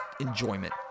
enjoyment